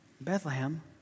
Bethlehem